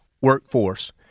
workforce